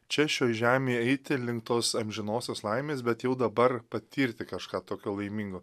čia šioj žemėje eiti link tos amžinosios laimės bet jau dabar patirti kažką tokio laimingo